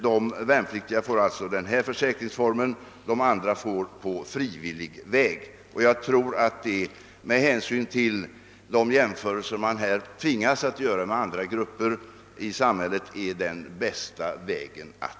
De värnpliktiga får alltså denna försäkringsform, medan de andra får en frivillig försäkring. Jag tror att detta, med hänsyn till de jämförelser man här tvingas att göra med andra grupper i samhället, är den bästa vägen att gå.